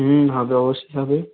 হুম হবে অবশ্যই হবে